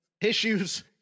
issues